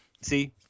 See